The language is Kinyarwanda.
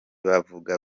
babivuga